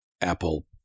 apple